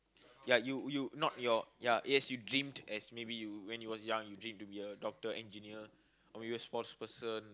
ya you you not your ya as you dreamt as maybe you when you was young you dream to be a doctor engineer or maybe a sports person